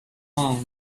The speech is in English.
monk